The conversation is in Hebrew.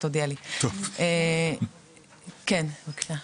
עדיין יש הרבה דברים שאנחנו רוצים לעשות וישפרו גם בעתיד,